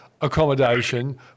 accommodation